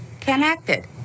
connected